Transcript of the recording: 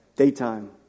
Daytime